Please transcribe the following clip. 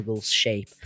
shape